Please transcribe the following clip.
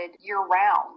year-round